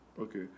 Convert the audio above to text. okay